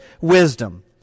wisdom